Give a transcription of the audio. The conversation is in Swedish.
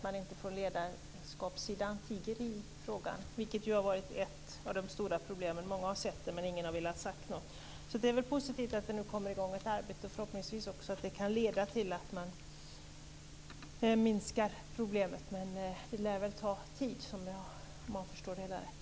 Man får från ledarskapets sida inte tiga i frågan, vilket varit ett av de stora problemen. Många har sett vad som skett, men ingen har velat säga något. Det är positivt att det nu kommer i gång ett arbete, och förhoppningsvis leder det till att problemet minskar, även om det lär att ta tid.